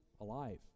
alive